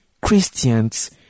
Christians